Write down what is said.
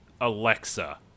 Alexa